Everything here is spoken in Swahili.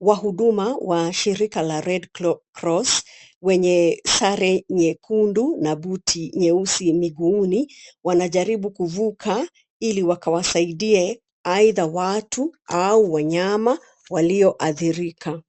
Wahuduma wa shirika la red cross , wenye sare nyekundu na buti nyeusi miguuni, wanajaribu kuvuka ili wakawasaidie aidha watu au wanyama walioadhirika.